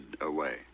away